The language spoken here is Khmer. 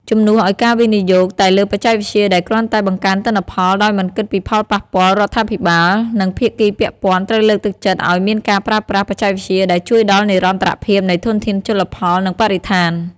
ជំនួសឲ្យការវិនិយោគតែលើបច្ចេកវិទ្យាដែលគ្រាន់តែបង្កើនទិន្នផលដោយមិនគិតពីផលប៉ះពាល់ រដ្ឋាភិបាល និងភាគីពាក់ព័ន្ធត្រូវលើកទឹកចិត្តឲ្យមានការប្រើប្រាស់បច្ចេកវិទ្យាដែលជួយដល់និរន្តរភាពនៃធនធានជលផល និងបរិស្ថាន។